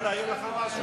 אני יכול להעיר לך משהו?